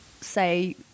say